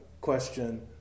question